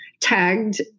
tagged